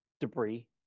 debris